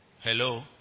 Hello